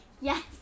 Yes